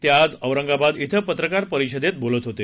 ते आज औरंगाबाद िक्वे पत्रकार परिषदेत बोलत होते